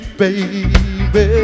baby